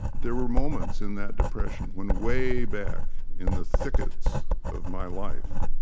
there were moments in that depression when, way back in the thickets of my life,